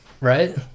right